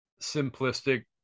simplistic